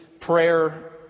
prayer